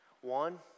One